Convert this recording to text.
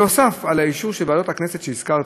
נוסף על האישור של ועדות הכנסת שהזכרתי,